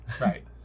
Right